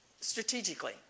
strategically